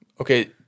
Okay